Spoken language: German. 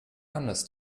anders